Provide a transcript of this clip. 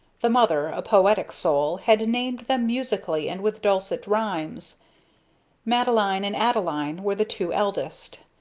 the mother, a poetic soul, had named them musically and with dulcet rhymes madeline and adeline were the two eldest,